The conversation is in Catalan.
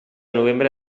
novembre